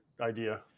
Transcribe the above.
idea